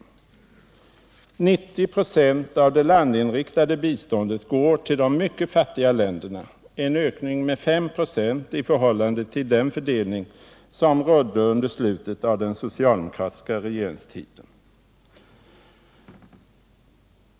90 96 av det direkt landinriktade biståndet går till de mycket fattiga länderna — en ökning med 5 96 i förhållande till fördelningen under den socialdemokratiska regeringstiden.